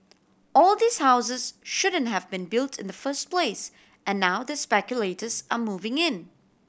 all these houses shouldn't have been built in the first place and now the speculators are moving in